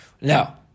Now